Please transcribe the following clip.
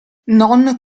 non